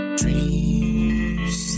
dreams